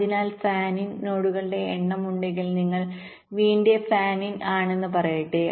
അതിനാൽ fan in നോഡുകളുടെ എണ്ണം ഉണ്ടെങ്കിൽ നിങ്ങൾ v ന്റെ ഫാൻ ഇൻ ആണെന്ന് പറയട്ടെ